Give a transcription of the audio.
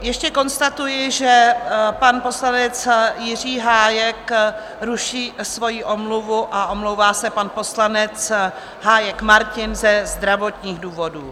Ještě konstatuji, že pan poslanec Jiří Hájek ruší svojí omluvu a omlouvá se pan poslanec Hájek Martin ze zdravotních důvodů.